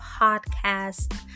Podcast